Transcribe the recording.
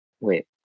wait